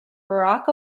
barack